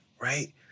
right